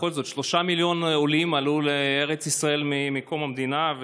בכל זאת 3 מיליון עולים עלו לארץ ישראל מקום המדינה.